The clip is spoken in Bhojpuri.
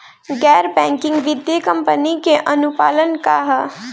गैर बैंकिंग वित्तीय कंपनी के अनुपालन का ह?